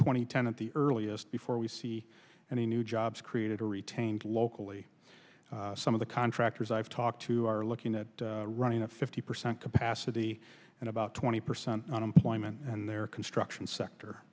and ten at the earliest before we see any new jobs created or retained locally some of the contractors i've talked to are looking at running a fifty percent capacity and about twenty percent unemployment and their construction sector